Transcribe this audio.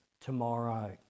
tomorrow